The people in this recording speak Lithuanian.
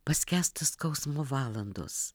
paskęsta skausmo valandos